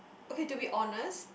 okay to be honest